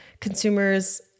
consumers